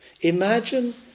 Imagine